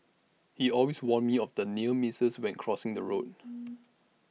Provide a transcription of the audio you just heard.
he always warn me of the near misses when crossing the road